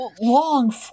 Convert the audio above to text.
long